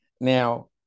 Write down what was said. Now